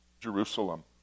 Jerusalem